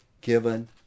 given